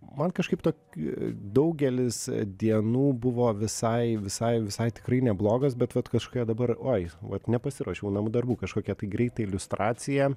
man kažkaip tok daugelis dienų buvo visai visai visai tikrai neblogos bet vat kažkokią dabar oi vat nepasiruošiau namų darbų kažkokią tai greitai iliustraciją